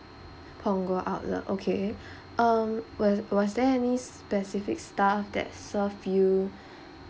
punggol outlet okay um was was there any specific staff that serve you